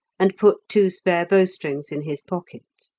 and put two spare bowstrings in his pocket.